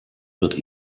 wird